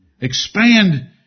Expand